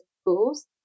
schools